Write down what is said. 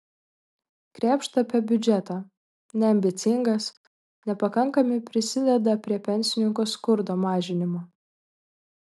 krėpšta apie biudžetą neambicingas nepakankami prisideda prie pensininkų skurdo mažinimo